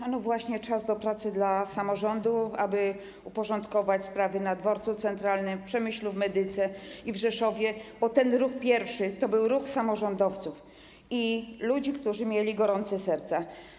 Ano właśnie, czas do pracy był dla samorządów, aby uporządkować sprawy na Dworcu Centralnym, w Przemyślu, w Medyce i w Rzeszowie, bo ten pierwszy ruch to był ruch samorządowców i ludzi, którzy mieli gorące serca.